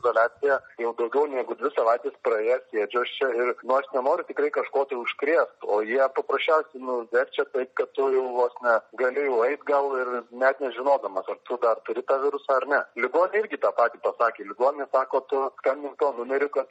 izoliaciją jau daugiau negu dvi savaitės praėjo sėdžiu aš čia ir nu aš nenoriu tikrai kažkokio tai užkrėst o jie paprasčiausiai nu verčia taip kad tu jau vos ne gali jau eit gal ir net nežinodamas ar tu dar turi viruso ar ne ligoninėj irgi tą patį pasakė ligoninė sako tu skambink tuo numeriu kad